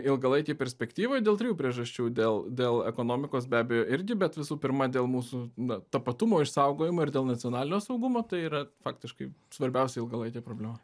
ilgalaikėj perspektyvoj dėl trijų priežasčių dėl dėl ekonomikos be abejo irgi bet visų pirma dėl mūsų na tapatumo išsaugojimo ir dėl nacionalinio saugumo tai yra faktiškai svarbiausia ilgalaikė problema